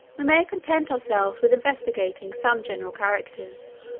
we may content ourselves with investigating some general characters,